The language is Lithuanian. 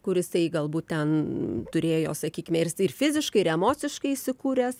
kur jisai galbūt ten turėjo sakykime ir jisai fiziškai ir emociškai įsikūręs